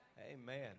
Amen